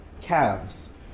calves